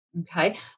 okay